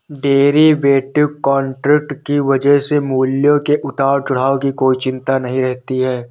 derivative contract की वजह से मूल्यों के उतार चढ़ाव की कोई चिंता नहीं रहती है